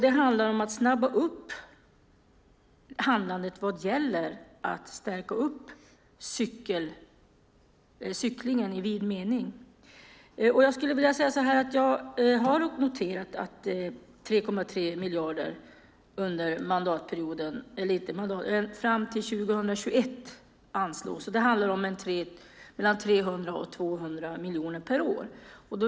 Det handlar om att snabba upp handlandet för att stärka cyklingen i vid mening. Jag har noterat att 3,3 miljarder anslås fram till 2021. Det handlar om 200-300 miljoner om per år.